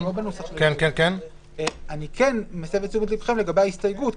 אני מסב את תשומת לבכם לגבי ההסתייגות,